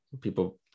people